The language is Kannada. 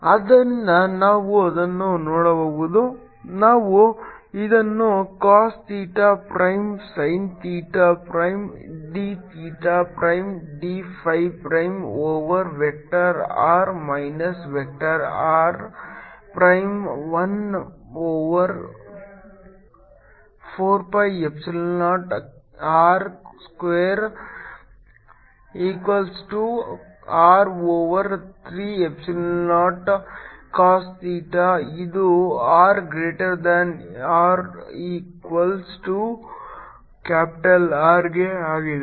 ಆದ್ದರಿಂದ ನಾವು ಅದನ್ನು ನೋಡಬಹುದು ನಾವು ಇದನ್ನು cos theta prime sin theta prime d theta prime d phi prime over vector r minus vector R prime one over 4 pi epsilon naught R square equals to r over 3 epsilon naught cos theta ಇದು r greater than R equals to capital R ಗೆ ಆಗಿದೆ